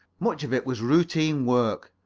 much of it was routine work.